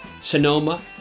Sonoma